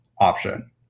option